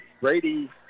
Brady